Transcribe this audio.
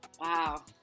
wow